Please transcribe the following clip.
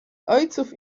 ojców